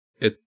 it-